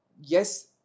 Yes